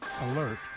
Alert